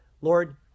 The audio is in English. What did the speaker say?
Lord